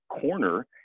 corner